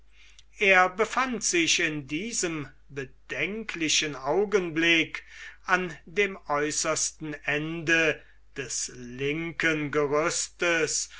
er befand sich in diesem bedenklichen augenblick an dem äußersten ende des linken gerüstes